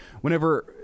whenever